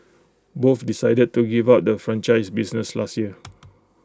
both decided to give up the franchise business last year